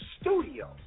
studio